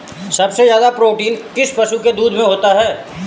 सबसे ज्यादा प्रोटीन किस पशु के दूध में होता है?